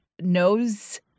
knows